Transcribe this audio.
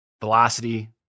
velocity